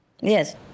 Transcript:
Yes